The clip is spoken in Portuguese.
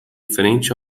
frente